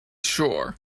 sure